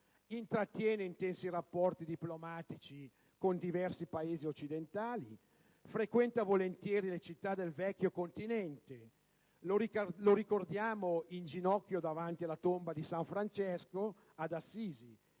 Intrattiene intensi rapporti diplomatici con diversi Paesi occidentali, frequenta volentieri le città del Vecchio Continente. Lo ricordiamo in ginocchio davanti alla tomba di san Francesco, ad Assisi,